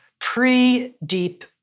pre-deep